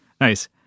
Nice